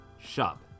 shop